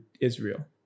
Israel